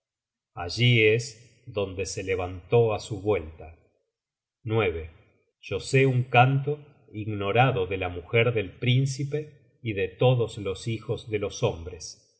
allí es donde se levantó á su vuelta yo sé un canto ignorado de la mujer del príncipe y de todos los hijos de los hombres